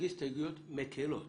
להגיש הסתייגויות מקלות